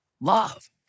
love